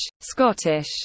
Scottish